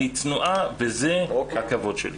אני צנועה וזה הכבוד שלי.